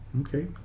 Okay